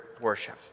worship